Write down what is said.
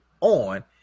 on